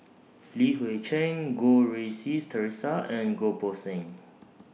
Li Hui Cheng Goh Rui Si Theresa and Goh Poh Seng